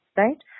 right